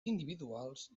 individuals